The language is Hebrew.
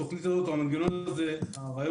התוכנית הזאת או הרעיון הזה הסתיים,